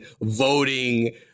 voting